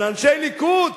אבל אנשי ליכוד,